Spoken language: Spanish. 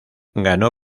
ganó